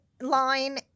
line